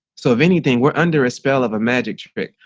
so if anything, were under a spell of a magic trick,